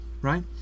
right